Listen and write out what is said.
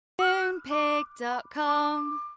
Moonpig.com